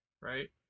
right